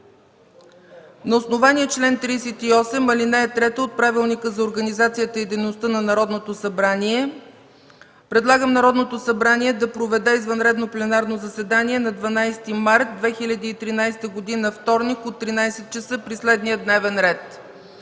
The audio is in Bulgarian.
„На основание чл. 38, ал. 3 от Правилника за организацията и дейността на Народното събрание, предлагам Народното събрание да проведе извънредно пленарно заседание на 12 март 2013 г., вторник, от 13,00 ч. със следния дневен ред: